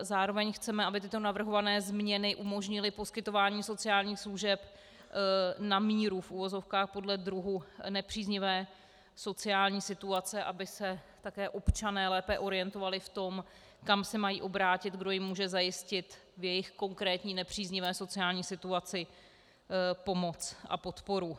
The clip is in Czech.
Zároveň chceme, aby tyto navrhované změny umožnily poskytování sociálních služeb na míru podle druhu nepříznivé sociální situace, aby se také občané lépe orientovali v tom, kam se mají obrátit, kdo jim může zajistit v jejich konkrétní nepříznivé sociální situaci pomoc a podporu.